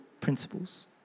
principles